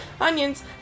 onions